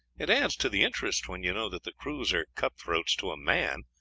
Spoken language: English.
it adds to the interest when you know that the crews are cutthroats to a man,